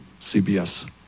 CBS